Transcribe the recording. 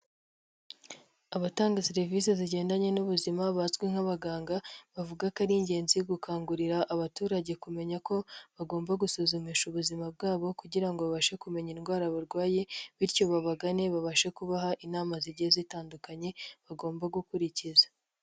Abatanga serivisi zigendanye n'ubuzima, bazwi nk'abaganga, bavuga ko ari ingenzi gukangurira abaturage kumenya ko bagomba gusuzumisha ubuzima bwabo kugira ngo babashe kumenya indwara barwaye bityo babagane, babashe kubaha inama zigiye zitandukanye, bagomba gukurikiza.